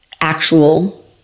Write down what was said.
actual